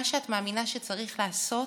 מה שאת מאמינה שצריך לעשות